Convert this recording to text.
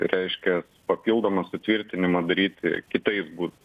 ir reiškia papildomą sutvirtinimą daryti kitais būdais